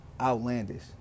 outlandish